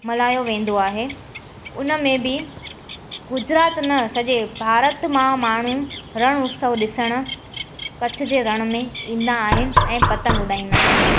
मल्हायो वेंदो आहे उन में बि गुजरात न सॼे भारत मां माण्हू रणु उत्सव ॾिसणु कच्छ जे रण में ईंदा आहिनि ऐं पतंगु उॾाईंदा आहिनि